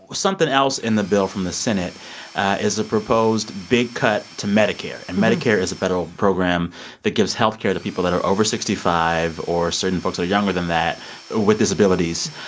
something else in the bill from the senate is a proposed big cut to medicare. and medicare is a federal program that gives health care to people that are over sixty five or certain folks that are younger than that ah with disabilities.